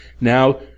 Now